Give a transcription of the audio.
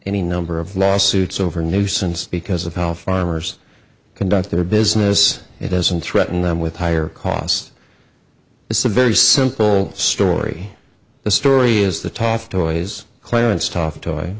any number of lawsuits over nuisance because of how farmers conduct their business it doesn't threaten them with higher costs it's a very simple story the story is the top toys clarence thomas t